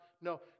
No